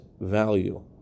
value